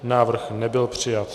Návrh nebyl přijat.